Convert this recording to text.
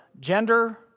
gender